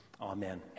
Amen